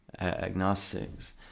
agnostics